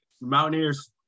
Mountaineers